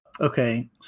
Okay